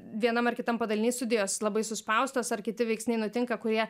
vienam ar kitam padaliny studijos labai suspaustos ar kiti veiksniai nutinka kurie